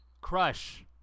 Crush